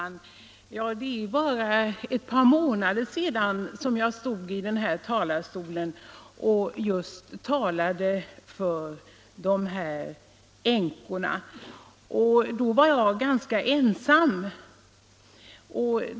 Fru talman! Det är bara ett par månader sedan som jag från denna talarstol talade för just de s.k. övergångsänkorna. Då var jag ensam.